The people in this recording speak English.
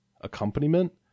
accompaniment